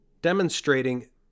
demonstrating